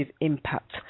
impact